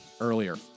earlier